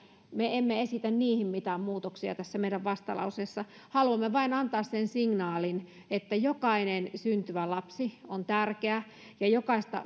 me emme esitä niihin mitään muutoksia tässä meidän vastalauseessamme haluamme vain antaa sen signaalin että jokainen syntyvä lapsi on tärkeä ja jokaista